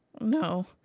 No